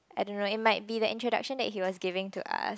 I don't know it might be the introduction that he was giving to us